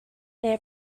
their